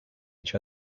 each